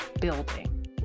building